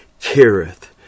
careth